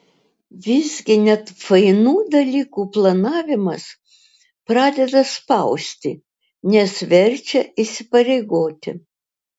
visgi net fainų dalykų planavimas pradeda spausti nes verčia įsipareigoti